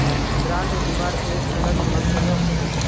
grant दिबार एक अलग मकसदो हछेक